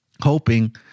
hoping